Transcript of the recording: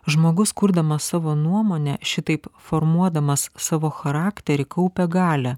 žmogus kurdamas savo nuomonę šitaip formuodamas savo charakterį kaupia galią